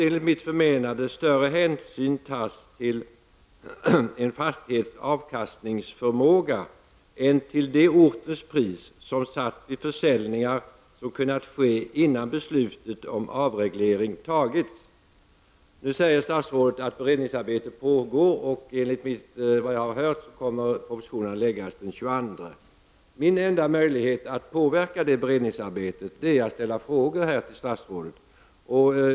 Enligt mitt förmenande måste större hänsyn tas till en fastighets avkastningsförmåga än till de orters pris som satts vid försäljningar som kunnat ske, innan beslutet om avreglering fattades. Nu säger statsrådet att beredningsarbete pågår, och enligt vad jag har hört kommer propositionen att läggas fram den 22 oktober. Min enda möjlighet att påverka beredningsarbetet är att ställa frågor till statsrådet.